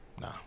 Nah